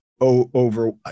over